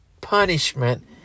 punishment